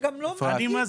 הייתה לך